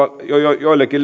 joillekin